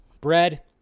Bread